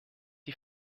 die